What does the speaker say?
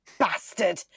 Bastard